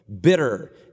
bitter